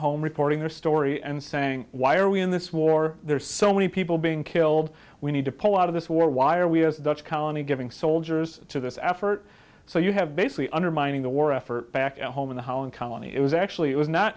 home reporting their story and saying why are we in this war there are so many people being killed we need to pull out of this war why are we as a dutch colony giving soldiers to this effort so you have basically undermining the war effort back home and how in colony it was actually it was not